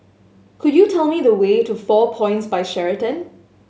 could you tell me the way to Four Points By Sheraton